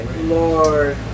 Lord